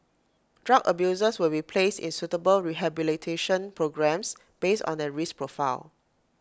drug abusers will be placed in suitable rehabilitation programmes based on their risk profile